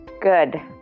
Good